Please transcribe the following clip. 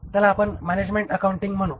त्याला आपण management accounting म्हणू